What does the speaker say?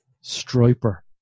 striper